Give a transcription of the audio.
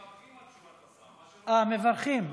אנחנו מברכים על תשובת השר, אה, מברכים.